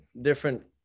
different